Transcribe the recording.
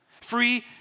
free